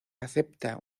acepta